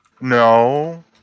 No